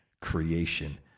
creation